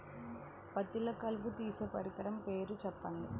పత్తిలో కలుపు తీసే పరికరము పేరు చెప్పండి